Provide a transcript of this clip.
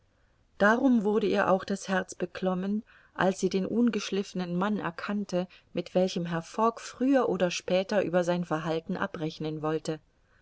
darum wurde ihr auch das herz beklommen als sie den ungeschliffenen mann erkannte mit welchem herr fogg früher oder später über sein verhalten abrechnen wollte